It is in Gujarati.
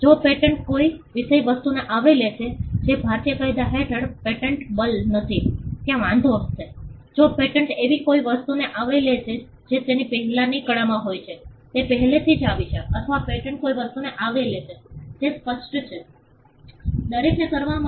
જો પેટન્ટ કોઈ વિષયવસ્તુને આવરી લે છે જે ભારતીય કાયદા હેઠળ પેટન્ટેબલ નથી ત્યાં વાંધો હશે જો પેટન્ટ એવી કોઈ વસ્તુને આવરી લે છે જે તેની પહેલાની કળામાં હોય છે તે પહેલેથી જ આવી છે અથવા પેટન્ટ કોઈ વસ્તુને આવરી લે છે જે સ્પષ્ટ છે દરેકને કરવા માટે